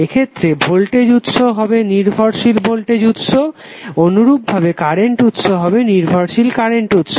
এক্ষেত্রে ভোল্টেজ উৎস হবে নির্ভরশীল ভোল্টেজ উৎস অনুরুপাভবে কারেন্ট উৎস হবে নির্ভরশীল কারেন্ট উৎস